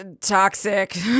toxic